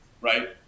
right